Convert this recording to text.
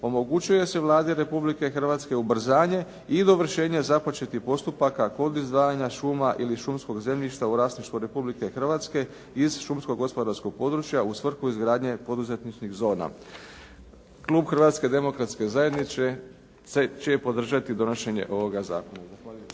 omogućuje se Vladi Republike Hrvatske ubrzanje i dovršenje započetih postupaka kod izdavanja šuma ili šumskog zemljišta u vlasništvu Republike Hrvatske iz šumsko-gospodarskog područja u svrhu izgradnje poduzetničkih zona. Klub Hrvatske demokratske zajednice će podržati donošenje ovoga zakona.